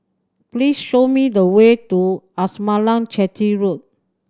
please show me the way to Amasalam Chetty Road